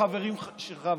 חברים שלך,